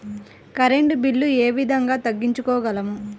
Current bill ఏ విధంగా తగ్గించుకోగలము?